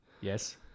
Yes